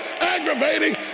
aggravating